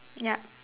yup